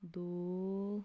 ਦੋ